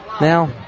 Now